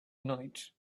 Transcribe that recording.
night